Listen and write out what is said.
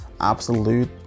absolute